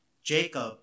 Jacob